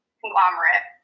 conglomerate